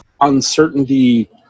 uncertainty